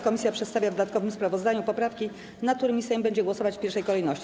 Komisja przedstawia w dodatkowym sprawozdaniu poprawki, nad którymi Sejm będzie głosować w pierwszej kolejności.